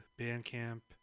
bandcamp